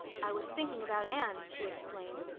i was thinking about anne, she explained.